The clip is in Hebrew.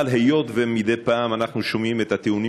אבל היות שמדי פעם אנחנו שומעים את הטיעונים